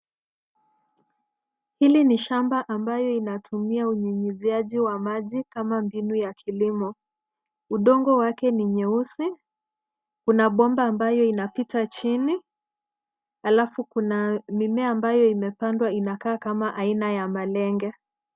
Hili ni shamba ambayo inatumia unyunyiziaji wa maji kama mbinu ya kilimo. Udongo wake ni nyeusi. Kuna Bomba ambayo inapita chini. alafu kunaa mimea mbayo imepandwa imekaa haina ya malenge